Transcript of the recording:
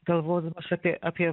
galvodamas apie apie